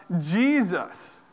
Jesus